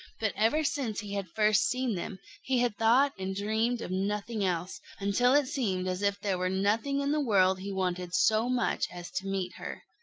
but ever since he had first seen them, he had thought and dreamed of nothing else, until it seemed as if there were nothing in the world he wanted so much as to meet her.